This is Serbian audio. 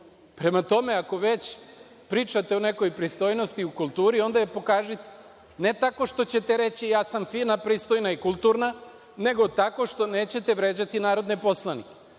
šta. Prema tome, ako već pričate o nekoj pristojnosti u kulturi, onda je i pokažite. Ne tako što ćete reći – ja sam fina, pristojna i kulturna, nego tako što nećete vređati narodne poslanike.